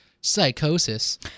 Psychosis